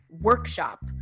workshop